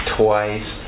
twice